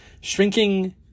shrinking